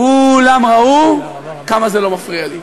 כולם ראו כמה זה לא מפריע לי,